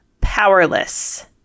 powerless